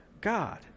God